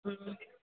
हम्म